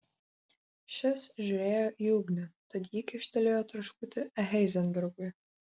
šis žiūrėjo į ugnį tad ji kyštelėjo traškutį heizenbergui